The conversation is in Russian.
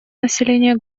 населения